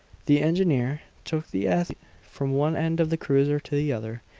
the engineer took the athlete from one end of the cruiser to the other,